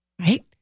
Right